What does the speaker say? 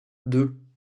deux